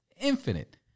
infinite